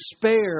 despair